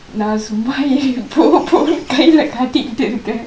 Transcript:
நா சும்மா இங்க போ போனு கைல காட்டிக்கிட்டு இருக்கேன்:naa summa ingka po ponu kaila kaatikittu iruken